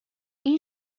این